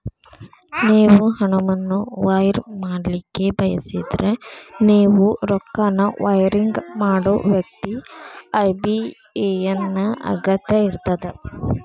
ನೇವು ಹಣವನ್ನು ವೈರ್ ಮಾಡಲಿಕ್ಕೆ ಬಯಸಿದ್ರ ನೇವು ರೊಕ್ಕನ ವೈರಿಂಗ್ ಮಾಡೋ ವ್ಯಕ್ತಿ ಐ.ಬಿ.ಎ.ಎನ್ ನ ಅಗತ್ಯ ಇರ್ತದ